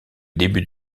début